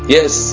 Yes